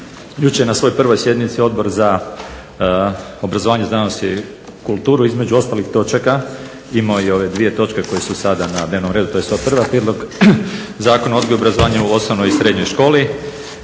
jučer na svojoj 1. sjednici Odbor za obrazovanje, znanost i kulturu, između ostalih točaka imao je i ove dvije točke koje su sada na dnevnom redu. …/Ne razumije se./… Zakon o odgoju i obrazovanju u osnovnoj i srednjoj školi.